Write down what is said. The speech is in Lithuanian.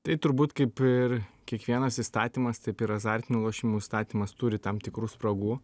tai turbūt kaip ir kiekvienas įstatymas taip ir azartinių lošimų įstatymas turi tam tikrų spragų